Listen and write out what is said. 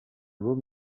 room